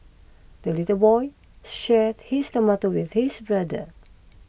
the little boy shared his tomato with his brother